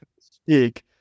Speak